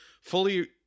fully